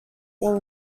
all